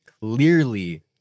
clearly